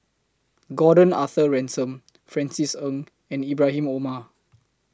Gordon Arthur Ransome Francis Ng and Ibrahim Omar